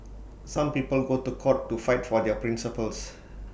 some people go to court to fight for their principles